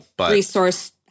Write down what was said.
resource